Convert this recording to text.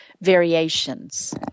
variations